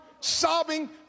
sobbing